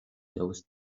those